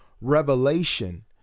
revelation